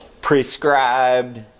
prescribed